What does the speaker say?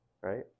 Right